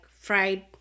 fried